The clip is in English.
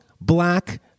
black